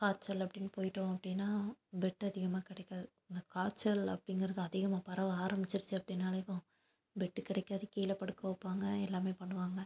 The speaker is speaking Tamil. காய்ச்சல் அப்படினு போய்ட்டோம் அப்படினா பெட் அதிகமாக கிடைக்காது இந்த காய்ச்சல் அப்படிங்குறது அதிகமாக பரவ ஆரமிச்சிருச்சு அப்படினாலேவும் பெட்டு கிடைக்காது கீழே படுக்க வைப்பாங்க எல்லாமே பண்ணுவாங்க